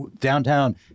Downtown